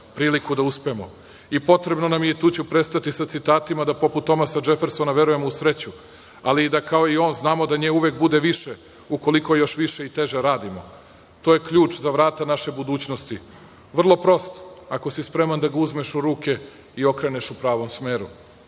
priliku da uspemo. Potrebno nam je, i tu ću prestati sa citatima, da poput Tomasa DŽefersona verujemo u sreću, ali i da kao i on znamo da nje uvek bude više ukoliko još više i teže radimo. To je ključ za vrata naše budućnosti, vrlo prost ako si spreman da ga uzmeš u ruke i okreneš u pravom smeru. Težak